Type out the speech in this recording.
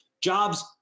Jobs